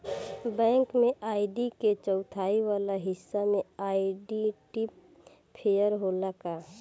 Bank में ID के चौथाई वाला हिस्सा में आइडेंटिफैएर होला का?